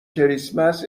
کریسمس